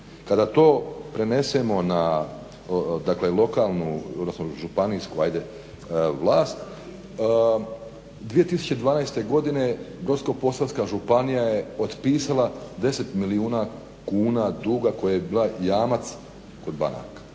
kada to prenesemo na lokalnu odnosno županijsku vlast 2012.godine Brodsko-posavska županija je otpisala 10 milijuna kuna duga koja je bila jamac kod banaka.